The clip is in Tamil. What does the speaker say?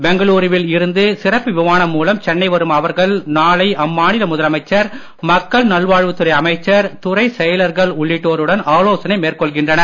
பெங்களூரில் இருந்து சிறப்பு விமானம் மூலம் சென்னை வரும் அவர்கள் நாளை அம்மாநில முதலமைச்சர் மக்கள் நல்வாழ்வுத் துறை அமைச்சர் துறை செயலாளர்கள் உள்ளிட்டோர்களுடன் ஆலோசனை மேற்கொள்கின்றனர்